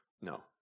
No